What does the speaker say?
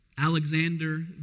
Alexander